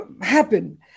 happen